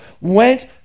went